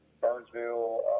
Burnsville